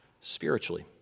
spiritually